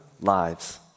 lives